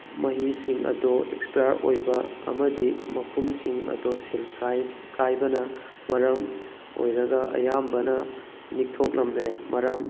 ꯃꯍꯤꯁꯤꯡ ꯑꯗꯣ ꯑꯦꯛꯁꯄꯤꯌꯥꯔ ꯑꯣꯏꯕ ꯑꯃꯗꯤ ꯃꯈꯨꯝꯁꯤꯡ ꯑꯗꯣ ꯁꯤꯜ ꯀꯥꯏꯕꯅ ꯃꯔꯝ ꯑꯣꯏꯔꯒ ꯑꯌꯥꯝꯕꯅ ꯅꯤꯛꯊꯣꯛꯂꯝꯂꯦ ꯃꯔꯝ